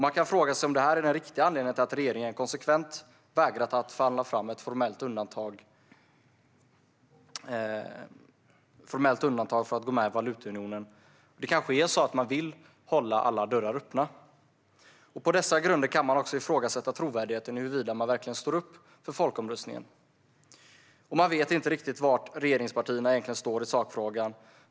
Man kan fråga sig om det här är den riktiga anledningen till att regeringen konsekvent vägrat förhandla fram ett formellt undantag från att gå med i valutaunionen. Det kanske är så att man vill hålla alla dörrar öppna. På dessa grunder kan man också ifrågasätta trovärdigheten angående huruvida man verkligen står upp för folkomröstningen. Diskussionsunderlag om en fördjupad ekonomisk och monetär union Man vet inte riktigt var regeringspartierna egentligen står i sakfrågan.